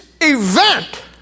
event